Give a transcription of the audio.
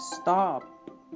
stop